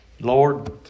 Lord